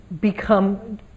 become